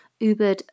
ubered